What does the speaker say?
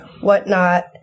whatnot